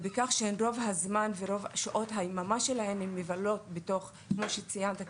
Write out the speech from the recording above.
בכך שאת רוב שעות היממה הן מבלות בתוך -- כמו שציינת,